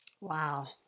Wow